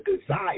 desire